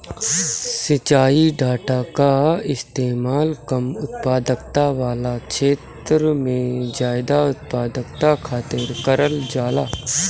सिंचाई डाटा कअ इस्तेमाल कम उत्पादकता वाला छेत्र में जादा उत्पादकता खातिर करल जाला